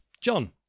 John